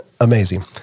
amazing